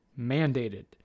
mandated